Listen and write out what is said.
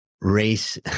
race